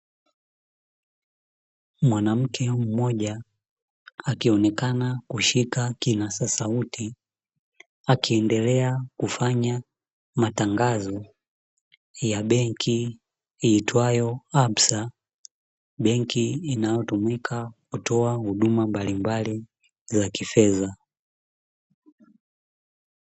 Mwanamke mmoja akionekana kushika kinasa sauti akiendelea kufanya matangazo ya benki iitwayo absa, benki inayotumika kutoa huduma mbalimbali za kifedha.